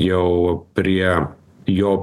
jau prie jo